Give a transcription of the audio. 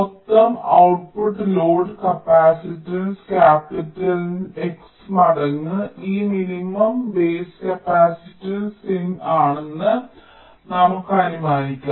മൊത്തം output load capacitance കാപ്പിറ്റലിന്റെ X മടങ്ങ് ഈ മിനിമം ബേസ് കപ്പാസിറ്റൻസ് സിൻ ആണെന്ന് നമുക്ക് അനുമാനിക്കാം